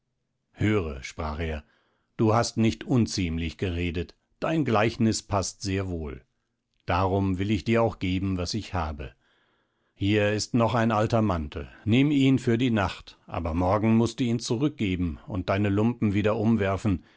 höre sprach er du hast nicht unziemlich geredet dein gleichnis paßt sehr wohl darum will ich dir auch geben was ich habe hier ist noch ein alter mantel nimm ihn für die nacht aber morgen mußt du ihn zurückgeben und deine lumpen wieder umwerfen